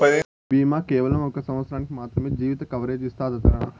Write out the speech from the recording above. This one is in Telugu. ఈ బీమా కేవలం ఒక సంవత్సరానికి మాత్రమే జీవిత కవరేజ్ ఇస్తాదట